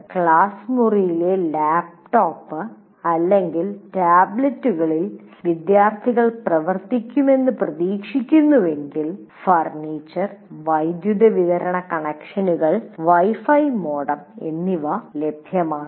class മുറിയിലെ laptop അല്ലെങ്കിൽ ടാബ്ലെറ്റുകളിൽ വിദ്യാർത്ഥികൾ പ്രവർത്തിക്കുമെന്ന് പ്രതീക്ഷിക്കുന്നുവെങ്കിൽ ഫർണിച്ചർ വൈദ്യുതി വിതരണ കണക്ഷനുകൾ വൈഫൈ മോഡം എന്നിവ ലഭ്യമാക്കണം